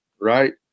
right